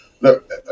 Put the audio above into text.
look